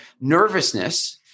nervousness